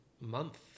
month